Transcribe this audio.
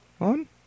on